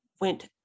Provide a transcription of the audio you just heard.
went